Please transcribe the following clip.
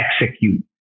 execute